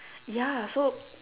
ya so